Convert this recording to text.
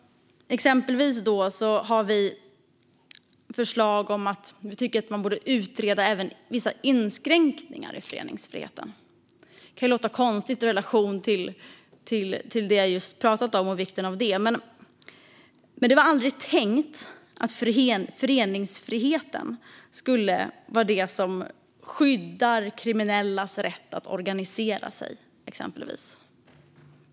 Exempelvis har vi förslag om att utreda även vissa inskränkningar i föreningsfriheten. Det kan ju låta konstigt i relation till det jag just pratat om och vikten av det, men det var aldrig tänkt att föreningsfriheten skulle skydda exempelvis kriminellas rätt att organisera sig.